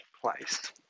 place